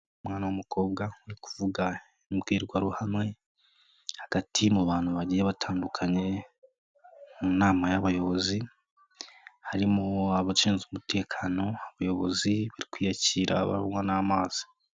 Umwana w'umukobwa uri kuvuga imbwirwaruhame, hagati mu bantu bagiye batandukanye mu nama y'abayobozi, harimo abashinzwe umutekano, abayobozi barimo kwiyakira banywa n'amazi.